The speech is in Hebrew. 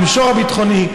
במישור הביטחוני,